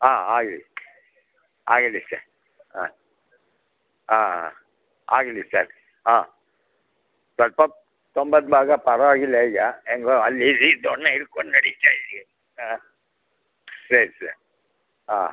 ಹಾಂ ಆಗಲಿ ಆಗಲಿ ಸರ್ ಹಾಂ ಹಾಂ ಆಗಲಿ ಸರ್ ಹಾಂ ಸ್ವಲ್ಪ ತೊಂಬತ್ತು ಭಾಗ ಪರವಾಗಿಲ್ಲ ಈಗ ಹೆಂಗೋ ಅಲ್ಲಿ ಇಲ್ಲಿ ದೊಣ್ಣೆ ಹಿಡ್ಕೊಂಡ್ ನಡೀತಾ ಇದ್ದೀವಿ ಹಾಂ ಸರಿ ಸರ್ ಹಾಂ